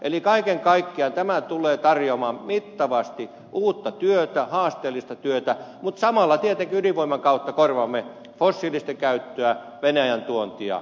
eli kaiken kaikkiaan tämä tulee tarjoamaan mittavasti uutta työtä haasteellista työtä mutta samalla tietenkin ydinvoiman kautta korvaamme fossiilisten käyttöä venäjän tuontia